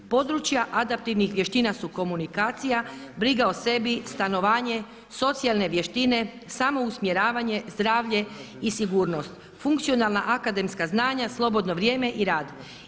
Područja adaptivnih vještina su komunikacija, briga o sebi, stanovanje, socijalne vještine, samo usmjeravanje, zdravlje i sigurnost, funkcionalna akademska znanja, slobodno vrijeme i rad.